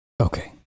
Okay